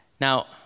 Now